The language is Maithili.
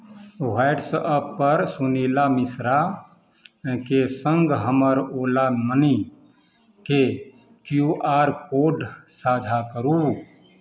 व्हाट्सएपपर सुनीला मिश्राके सङ्ग हमर ओला मनीके क्यू आर कोड साझा करू